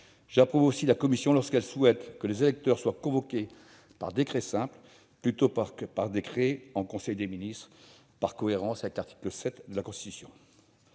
J'approuve aussi la commission lorsqu'elle souhaite que les électeurs soient convoqués par décret simple plutôt que par décret en conseil des ministres, par cohérence avec l'article 7 de la Constitution.